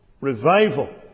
revival